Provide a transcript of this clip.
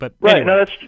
Right